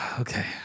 Okay